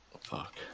Fuck